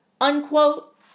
Unquote